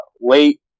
late